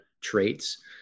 traits